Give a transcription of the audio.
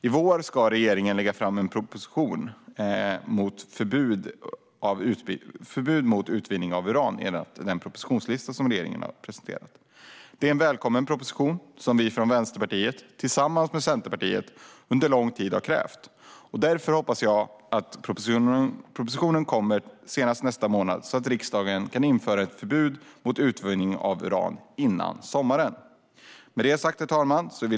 I vår ska regeringen, enligt den propositionslista som man har presenterat, lägga fram en proposition om förbud mot utvinning av uran. Det är en välkommen proposition, som vi från Vänsterpartiet, tillsammans med Centerpartiet, under lång tid har krävt. Därför hoppas jag att propositionen kommer senast nästa månad, så att riksdagen kan införa ett förbud mot utvinning av uran före sommaren. Herr talman!